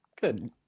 Good